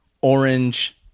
orange